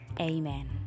Amen